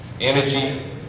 energy